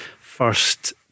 first